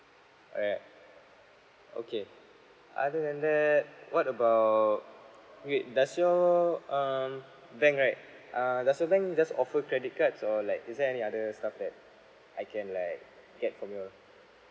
right okay other than that what about wait does your um bank right uh does your bank just offer credit cards or like is there any other stuff that I can like get from your